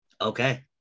Okay